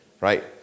right